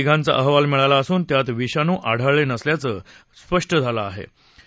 त्यापैकी तिघांचा अहवाल मिळाला असून त्यात विषाणू आढळले नसल्याचं स्पष्ट झालं आहे